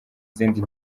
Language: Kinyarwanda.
zindi